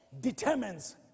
determines